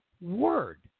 word